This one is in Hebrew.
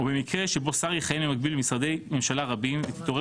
או במקרה שבו שר יכהן במקביל במשרדי ממשלה רבים ותתעורר